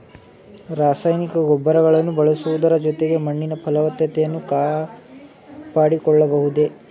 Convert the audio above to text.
ರಾಸಾಯನಿಕ ಗೊಬ್ಬರಗಳನ್ನು ಬಳಸುವುದರ ಜೊತೆಗೆ ಮಣ್ಣಿನ ಫಲವತ್ತತೆಯನ್ನು ಕಾಪಾಡಿಕೊಳ್ಳಬಹುದೇ?